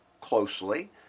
closely